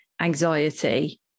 anxiety